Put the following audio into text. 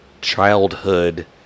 childhood